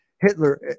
Hitler